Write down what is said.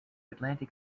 atlantic